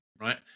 Right